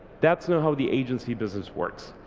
that's not how the agency business works.